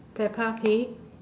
peppa pig